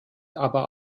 aber